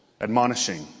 admonishing